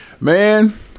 Man